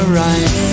right